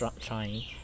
trying